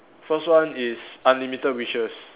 first one is unlimited wishes